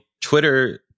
Twitter